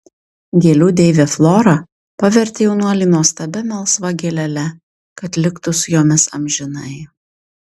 gėlių deivė flora pavertė jaunuolį nuostabia melsva gėlele kad liktų su jomis amžinai